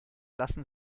lassen